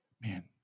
man